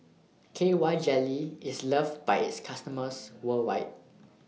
K Y Jelly IS loved By its customers worldwide